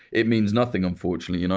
it means nothing, unfortunately. you know